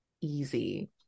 easy